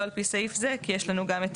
לא על פי סעיף זה כי יש לנו גם את